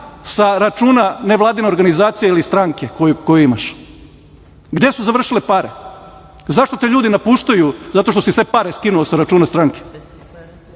sa računa nevladine organizacije ili stranke koju imaš? Gde su završile pare? Zašto te ljudi napuštaju? Zato što si sve pare skinuo sa računa stranke.